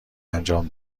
انجام